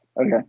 okay